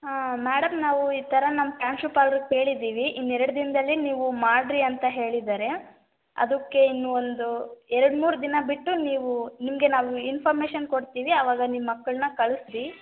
ಹಾಂ ಮ್ಯಾಡಮ್ ನಾವು ಈ ಥರ ನಮ್ಮ ಪ್ರ್ಯಾಂಶುಪಾಲ್ರಗೆ ಕೇಳಿದ್ದೀವಿ ಇನ್ನು ಎರಡು ದಿನದಲ್ಲಿ ನೀವು ಮಾಡಿರಿ ಅಂತ ಹೇಳಿದ್ದಾರೆ ಅದಕ್ಕೆ ಇನ್ನು ಒಂದು ಎರಡು ಮೂರು ದಿನ ಬಿಟ್ಟು ನೀವು ನಿಮಗೆ ನಾವು ಇನ್ಫಮೇಶನ್ ಕೊಡ್ತೀವಿ ಅವಾಗ ನಿಮ್ಮ ಮಕ್ಕಳನ್ನ ಕಳಿಸಿ